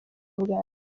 bwanjye